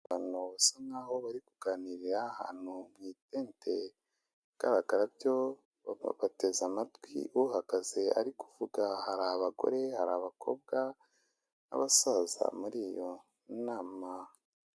Abantu basa nkaho bari kuganirira ahantu mu itente, ibigaragara byo bateze amatwi uhagaze ari kuvuga, hari abagore, hari abakobwa n'abasaza muri iyo nama.